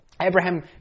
Abraham